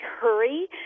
hurry